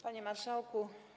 Panie Marszałku!